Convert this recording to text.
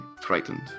frightened